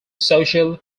social